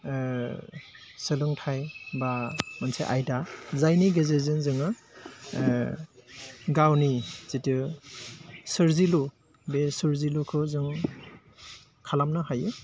सोलोंथाय बा मोनसे आयदा जायनि गेजेरजों जोङो गावनि जिथु सोरजिलु बे सोरजिलुखौ जों खालामनो हायो